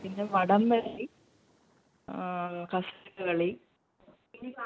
പിന്നെ വടം വലി കസേര കളി